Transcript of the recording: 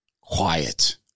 quiet